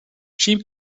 cheap